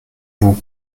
vous